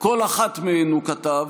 כל אחת מהן, הוא כתב,